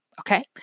Okay